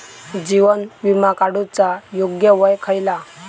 जीवन विमा काडूचा योग्य वय खयला?